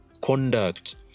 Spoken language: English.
conduct